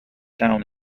down